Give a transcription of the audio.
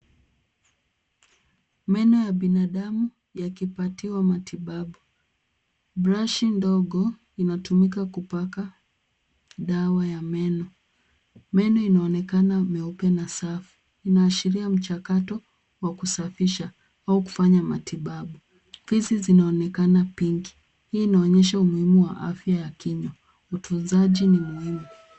Meno ya binadamu yakipatiwa matibabu. Brashi ndogo inatumika kupaka dawa ya meno. Meno inaonekana meupe na safi, inaashiria mchakato wa kusafisha au kufanya matibabu. Fizi zinaonekana pink . Hii inaonyesha umuhimu wa afya ya kinywa, utunzaji ni muhimu.